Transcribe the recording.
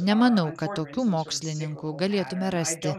nemanau kad tokių mokslininkų galėtume rasti